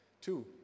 Two